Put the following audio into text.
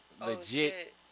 legit